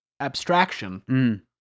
abstraction